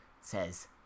says